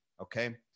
Okay